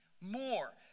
More